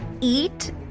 eat